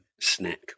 snack